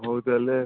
ହଉ ତା'ହେଲେ